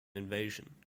invasion